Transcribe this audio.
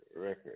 record